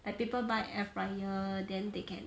like people buy air fryer then they can